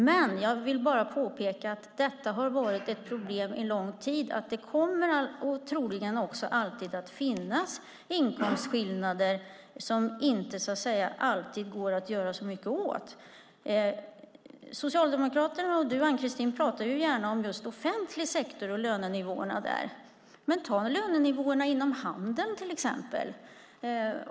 Men jag vill bara påpeka att detta har varit ett problem under lång tid och att det troligen också kommer att finnas inkomstskillnader som inte alltid går att göra så mycket åt. Socialdemokraterna och du, Ann-Christin, pratar gärna om just offentlig sektor och lönenivåerna där. Men ta lönenivåerna inom handeln, till exempel!